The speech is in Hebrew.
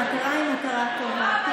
המטרה היא מטרה טובה.